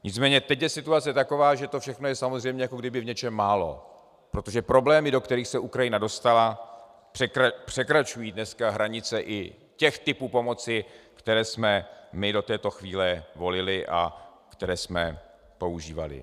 Nicméně teď je situace taková, že to všechno je samozřejmě jakoby v něčem málo, protože problémy, do kterých se Ukrajina dostala, překračují dneska hranice i těch typů pomoci, které jsme my do této chvíle volili a které jsme používali.